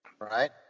right